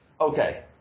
Okay